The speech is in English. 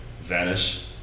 vanish